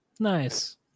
nice